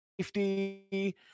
safety